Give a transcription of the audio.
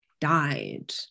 died